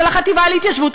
של החטיבה להתיישבות,